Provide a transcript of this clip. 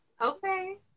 Okay